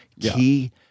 Key